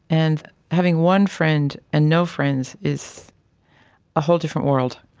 and having one friend and no friends is a whole different world.